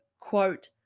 quote